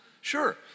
Sure